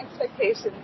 expectations